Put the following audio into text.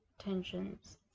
tensions